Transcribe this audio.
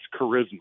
charisma